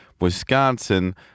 wisconsin